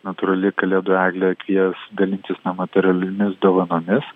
natūrali kalėdų eglė kvies dalintis ne materialiomis dovanomis